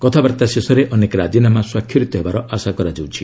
କଥାବାର୍ତ୍ତା ଶେଷରେ ଅନେକ ରାଜିନାମା ସ୍ୱାକ୍ଷରିତ ହେବାର ଆଶା କରାଯାଉଛି